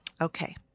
Okay